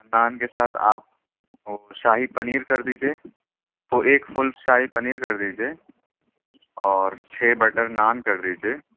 نان کے ساتھ آپ وہ شاہی پنیر کر دیجیے وہ ایک فل شاہی پنیر کر دیجیے اور چھ بٹر نان کر دیجیے